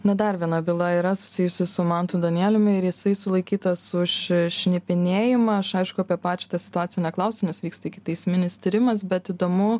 na dar viena byla yra susijusi su mantu danieliumi ir jisai sulaikytas už šnipinėjimą aš aišku apie pačią tą situaciją neklausiu nes vyksta ikiteisminis tyrimas bet įdomu